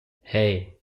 hei